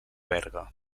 berga